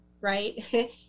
right